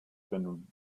been